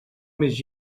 més